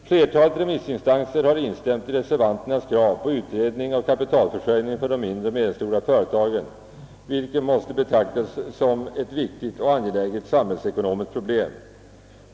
Flertalet remissinstanser har instämt i reservanternas krav på utredning om kapitalförsörjningen för de mindre och medelstora företagen, vilket måste betraktas som ett viktigt och angeläget samhällsekonomiskt problem.